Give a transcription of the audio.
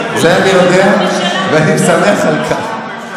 את זה אני יודע, ואני שמח על כך.